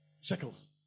shekels